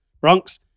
Bronx